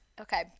okay